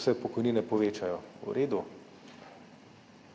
vse pokojnine povečajo za